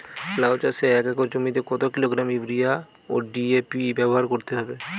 লাউ চাষে এক একর জমিতে কত কিলোগ্রাম ইউরিয়া ও ডি.এ.পি ব্যবহার করতে হবে?